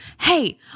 hey